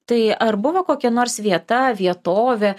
tai ar buvo kokia nors vieta vietovė